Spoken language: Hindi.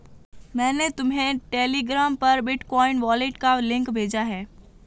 मैंने तुम्हें टेलीग्राम पर बिटकॉइन वॉलेट का लिंक भेजा है